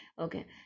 Okay